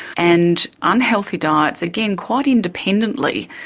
and unhealthy diets, again, quite independently,